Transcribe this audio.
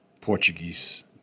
Portuguese